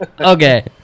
Okay